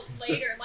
Later